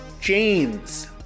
James